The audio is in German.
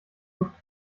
luftig